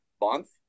month